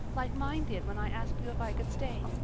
like mine did when i asked you if i could stay.